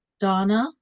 Donna